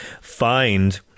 find